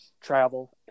travel